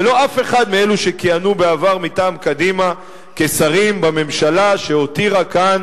ולא אף אחד מאלה שכיהנו בעבר מטעם קדימה כשרים בממשלה שהותירה כאן